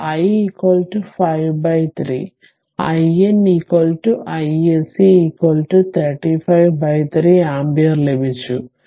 ഇവിടെ i 5 3 IN iSC 353 ampere ലഭിച്ചു